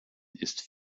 ist